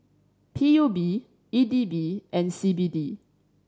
P U B E D B and C B D